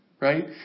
Right